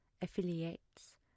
affiliates